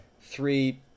three